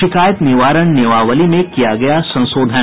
शिकायत निवारण नियमावली में किया गया संशोधन